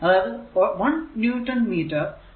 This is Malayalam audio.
അതായതു 1 ന്യൂട്ടൺ മീറ്റർ Newton meter